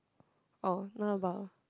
oh now about